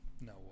No